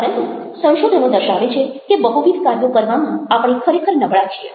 પરંતુ સંશોધનો દર્શાવે છે કે બહુવિધ કાર્યો કરવામાં આપણે ખરેખર નબળા છીએ